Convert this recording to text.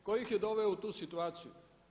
Tko ih je doveo u tu situaciju?